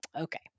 okay